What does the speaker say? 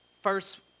first